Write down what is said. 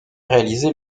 réalisé